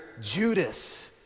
Judas